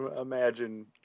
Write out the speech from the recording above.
imagine